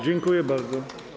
Dziękuję bardzo.